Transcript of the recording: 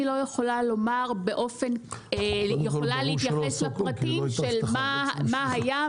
אני לא יכולה להתייחס לפרטים של מה היה,